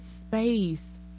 space